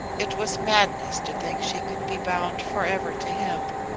it was madness to think she could be bound forever to him,